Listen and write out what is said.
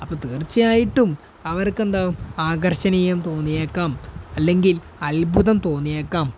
അപ്പോൾ തീർച്ചയായിട്ടും അവർക്കെന്താവും ആകർഷണീയം തോന്നിയേക്കാം അല്ലെങ്കിൽ അത്ഭുതം തോന്നിയേക്കാം